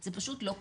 זה פשוט לא קורה.